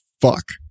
fuck